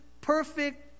perfect